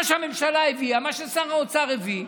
מה שהממשלה הביאה, מה ששר האוצר הביא,